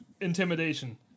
intimidation